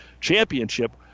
championship